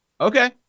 Okay